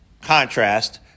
contrast